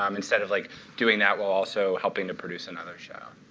um instead of like doing that while also helping to produce another show.